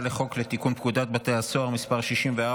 חוק לתיקון פקודת בתי הסוהר (מס' 64,